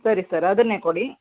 ಸರಿ ಸರ್ ಅದನ್ನೇ ಕೊಡಿ